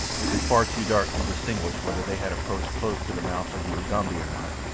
it was far too dark to distinguish whether they had approached close to the mouth of the ugambi or not,